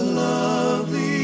lovely